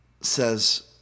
says